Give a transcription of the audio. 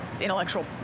intellectual